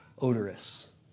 odorous